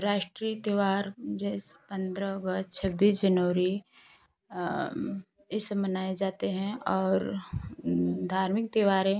राष्ट्रीय त्योहार जैसे पंद्रह अगस्त छब्बीस जनवरी यह सब मनाए जाते हैं और धार्मिक त्योहारें